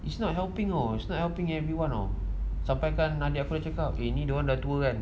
it's not helping oh it's not helping everyone oh sampaikan adik aku dah cakap eh ini orang dah tua kan